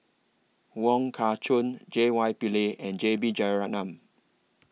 Wong Kah Chun J Y Pillay and J B Jeyaretnam